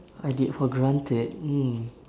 I did for granted mm